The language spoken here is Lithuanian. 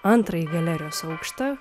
antrąjį galerijos aukštą